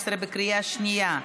התשע"ח 2018, בקריאה שנייה.